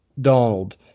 Donald